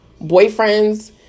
boyfriends